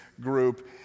group